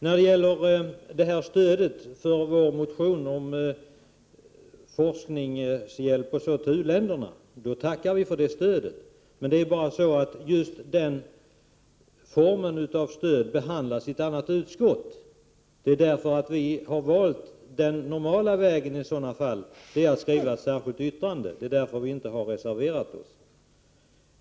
När det gäller stödet för vår motion om forskningshjälp till u-länderna tackar vi för det, men just den formen av bistånd behandlas i ett annat utskott. Därför har vi valt den normala vägen i sådana fall, dvs. att skriva ett särskilt yttrande i stället för att reservera oss.